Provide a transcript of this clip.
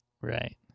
Right